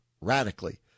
radically